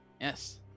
Yes